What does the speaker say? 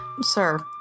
sir